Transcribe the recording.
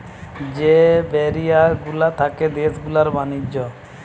যে ব্যারিয়ার গুলা থাকে দেশ গুলার ব্যাণিজ্য